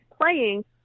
playing